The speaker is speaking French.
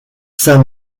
saint